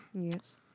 Yes